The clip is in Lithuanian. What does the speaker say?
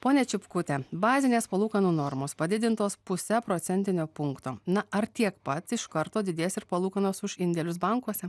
ponia čipkute bazinės palūkanų normos padidintos puse procentinio punkto na ar tiek pat iš karto didės ir palūkanos už indėlius bankuose